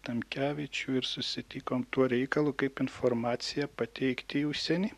tamkevičių ir susitikom tuo reikalu kaip informaciją pateikti į užsienį